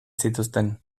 zituzten